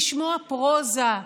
לשמוע פרוזה,